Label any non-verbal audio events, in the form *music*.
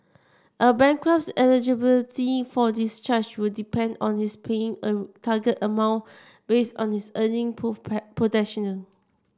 a bankrupt's eligibility for discharge will depend on his paying a target amount based on his earning *unintelligible* potential